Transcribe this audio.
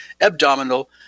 abdominal